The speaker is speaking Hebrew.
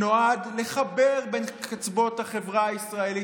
שנועד לחבר בין קצוות החברה הישראלית,